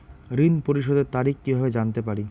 ঋণ পরিশোধের তারিখ কিভাবে জানতে পারি?